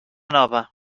nova